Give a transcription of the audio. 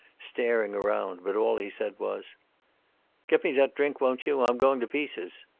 staring around, but all he said was get me that drink, won't you? i'm going to pieces.